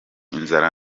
inzara